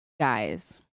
guys